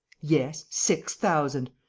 yes, six thousand!